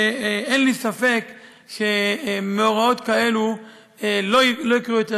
אין לי ספק שמאורעות כאלה לא יקרו יותר,